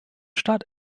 start